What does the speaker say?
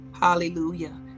Hallelujah